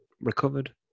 recovered